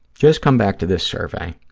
just come back to this survey.